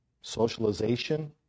socialization